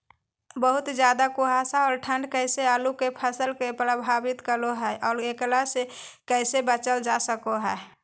बहुत ज्यादा कुहासा और ठंड कैसे आलु के फसल के प्रभावित करो है और एकरा से कैसे बचल जा सको है?